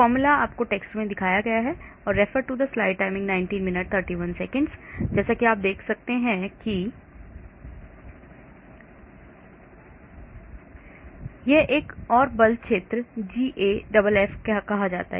यह एक और बल क्षेत्र GAFF कहा जाता है